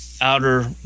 outer